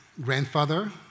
grandfather